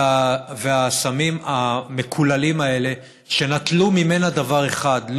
והסמים המקוללים האלה שנטלו ממנה דבר אחד,